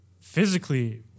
physically